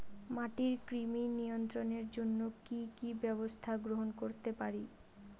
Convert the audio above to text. মাটির কৃমি নিয়ন্ত্রণের জন্য কি কি ব্যবস্থা গ্রহণ করতে পারি?